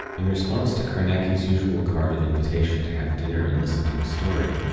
in response to carnacki's usual card of invitation to have dinner and listen to a story,